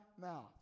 mouth